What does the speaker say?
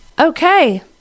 Okay